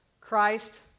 Christ